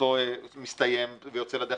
אוטוטו מסתיים ויוצא לדרך.